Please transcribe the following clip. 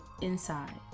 inside